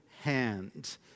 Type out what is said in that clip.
hand